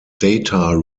data